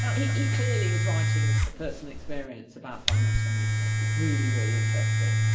he he clearly is writing with personal experience about financial meanness, it's really, really interesting.